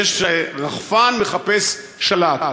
אז יש רחפן שמחפש שלט.